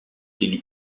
élu